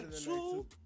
two